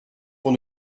pour